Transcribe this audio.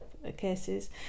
cases